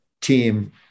team